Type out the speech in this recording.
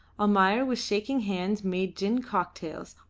almayer with shaking hands made gin cocktails,